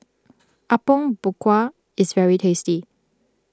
Apom Berkuah is very tasty